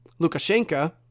Lukashenko